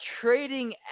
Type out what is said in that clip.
trading